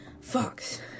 Fox